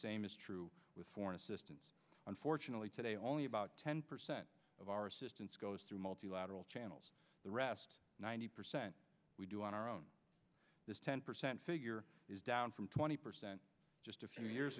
same is true with foreign assistance unfortunately today only about ten percent of our assistance goes through multilateral channels the rest ninety percent we do on our own this ten percent figure is down from twenty percent just a few years